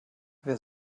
wer